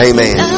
Amen